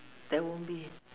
there won't be